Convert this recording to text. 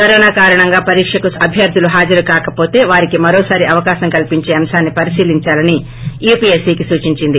corona కారణంగా పరీక్షకు అభ్యర్గులు హాజరు కాకవోతే వారికి మరోసారి అవకాశం కల్సించే అంశాన్ని పరిశీలించాలని యూపీఎస్పీకి సూచించింది